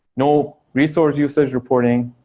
no resource usage reporting,